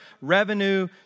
revenue